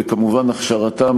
וכמובן הכשרתם,